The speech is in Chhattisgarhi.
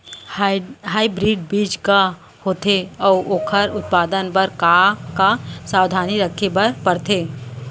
हाइब्रिड बीज का होथे अऊ ओखर उत्पादन बर का का सावधानी रखे बर परथे?